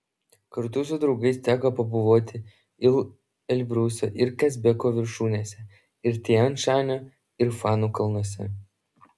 kartu su draugais teko pabuvoti ir elbruso ir kazbeko viršūnėse ir tian šanio ir fanų kalnuose